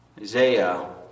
Isaiah